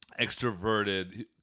extroverted